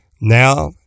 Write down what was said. Now